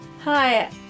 Hi